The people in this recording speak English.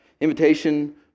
invitation